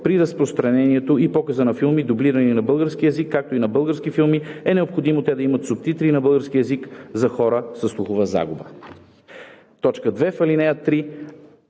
„При разпространението и показа на филми, дублирани на български език, както и на български филми е необходимо те да имат субтитри на български език за хора със слухова загуба.“ 2. В ал. 3: